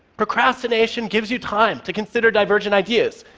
procrastination gives you time to consider divergent ideas,